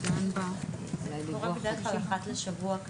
בדרך כלל אחת לשבוע.